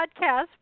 podcast